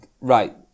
Right